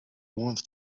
wants